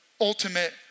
ultimate